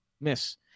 miss